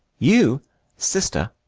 you sister,